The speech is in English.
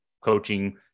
coaching